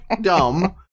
dumb